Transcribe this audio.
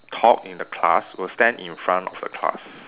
talk in the class will stand in front of the class